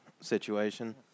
situation